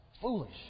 Foolish